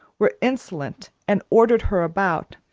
were insolent and ordered her about,